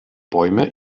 bäume